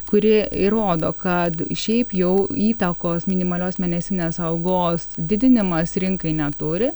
kuri įrodo kad šiaip jau įtakos minimalios mėnesinės algos didinimas rinkai neturi